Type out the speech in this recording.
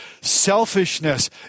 selfishness